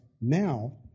now